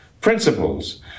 Principles